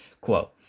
Quote